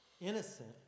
innocent